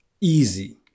easy